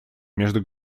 между